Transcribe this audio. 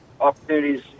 opportunities